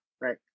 right